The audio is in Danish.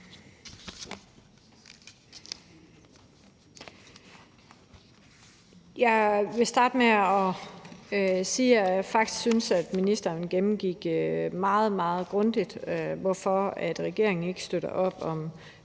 Jeg vil starte med at sige, at jeg faktisk synes, at ministeren gennemgik meget, meget grundigt, hvorfor regeringen ikke støtter op om